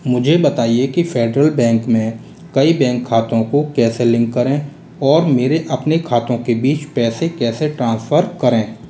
मुझे बताइए कि फ़ेडरल बैंक में कई बैंक खातों को कैसे लिंक करें और मेरे अपने खातों के बीच पैसे कैसे ट्रांसफ़र करें